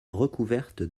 recouverte